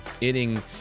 inning